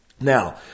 Now